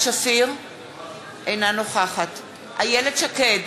אינה נוכחת איילת שקד,